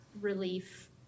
relief